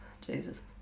Jesus